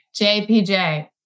JPJ